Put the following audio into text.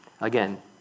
Again